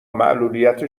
معلولیت